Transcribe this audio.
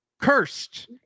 cursed